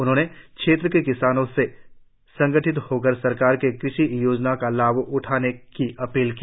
उन्होंने क्षःएत्र के किसानों से संगठित होकर सरकार की कृषि योजनाओं का लाभ उठाने की अपील की